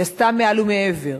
והיא עשתה מעל ומעבר.